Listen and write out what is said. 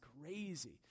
Crazy